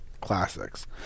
classics